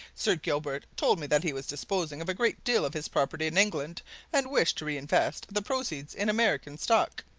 sir gilbert told me that he was disposing of a great deal of his property in england and wished to re-invest the proceeds in american stock.